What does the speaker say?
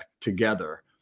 together